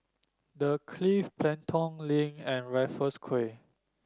The Clift Pelton Link and Raffles Quay